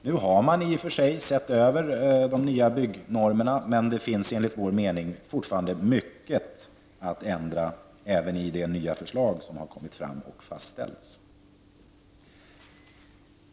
Nu har man i och för sig sett över de nya byggnormerna, men det finns enligt vår mening fortfarande mycket att ändra även i det nya förslag som kommit fram och fastställts.